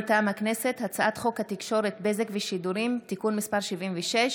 מטעם הכנסת: הצעת חוק התקשורת (בזק ושידורים) (תיקון מס' 76)